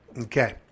Okay